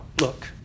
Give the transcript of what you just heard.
look